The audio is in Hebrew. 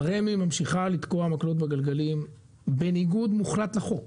אבל רמ"י ממשיכה לתקוע מקלות בגלגלים בניגוד מוחלט לחוק.